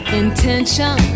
intention